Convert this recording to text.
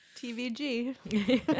TVG